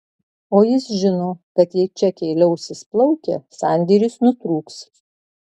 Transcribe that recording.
o jis žino kad jei čekiai liausis plaukę sandėris nutrūks